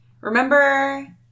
Remember